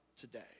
today